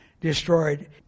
destroyed